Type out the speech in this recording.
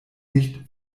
nicht